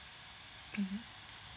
mmhmm